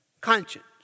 Conscience